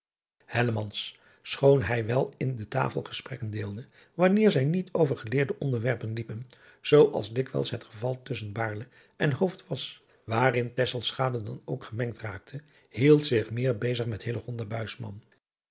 schoon hij wel in de tafelgesprekken deelde wanneer zij niet over geleerde onderwerpen liepen zoo als dikwijls het geval tusschen van baerle en hooft was waarin tesselschade dan ook gemengd raakte hield zich meer bezig met